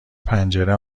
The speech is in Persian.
پنجره